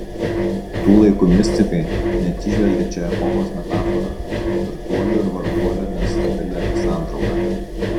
tų laikų mistikai net įžvelgė čia epochos metaforą turtuolių ir varguolių nestabilią sandraugą